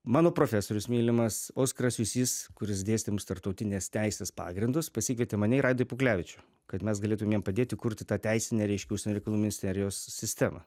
mano profesorius mylimas oskaras jusys kuris dėstė mums tarptautinės teisės pagrindus pasikvietė mane ir aidą puklevičių kad mes galėtumėm jam padėti kurti tą teisinę reiškia užsienio reikalų ministerijos sistemą